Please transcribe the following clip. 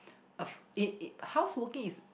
a f~ i~ i~ houseworking is